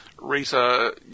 Rita